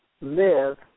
live